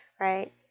right